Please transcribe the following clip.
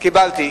קיבלתי.